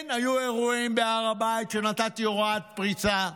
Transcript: כן, היו אירועים בהר הבית כשנתתי הוראת פריצה.